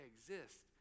exist